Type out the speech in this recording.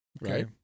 Right